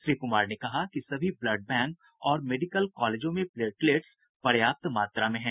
श्री कुमार ने कहा कि सभी ब्लड बैंक और मेडिकल कॉलेजों में प्लेटलेट्स पर्याप्त मात्रा में हैं